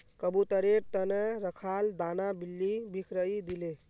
कबूतरेर त न रखाल दाना बिल्ली बिखरइ दिले